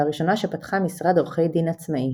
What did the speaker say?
והראשונה שפתחה משרד עורכי דין עצמאי.